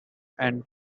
and